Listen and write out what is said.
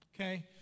Okay